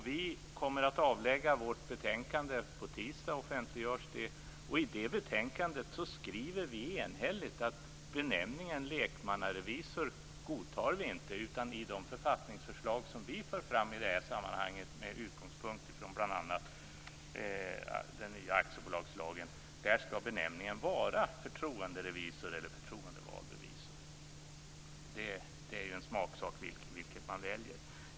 Vi kommer att offentliggöra vårt betänkande på tisdag. I det skriver vi enhälligt att vi inte godtar benämningen lekmannarevisor. I de författningsförslag som vi för fram i det här sammanhanget, bl.a. med utgångspunkt i den nya aktiebolagslagen, är benämningen förtroenderevisor eller förtroendevald revisor. Det är en smaksak vilket man väljer.